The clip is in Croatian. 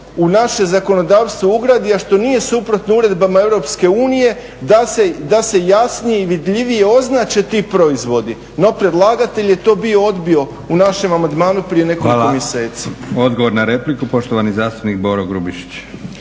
u naše zakonodavstvo ugradi, a što nije suprotno uredbama Europske unije da se jasnije i vidljivije označe ti proizvodi. No, predlagatelj je to bio odbio u našem amandmanu prije nekoliko mjeseci. **Leko, Josip (SDP)** Hvala. Odgovor na repliku poštovani zastupnik Boro Grubišić.